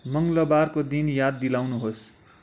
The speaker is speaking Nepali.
मङ्गलवारको दिन याद दिलाउनुहोस्